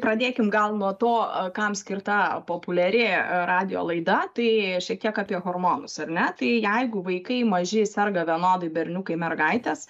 pradėkim gal nuo to kam skirta populiari radijo laida tai šiek tiek apie hormonus ar ne tai jeigu vaikai maži serga vienodai berniukai mergaitės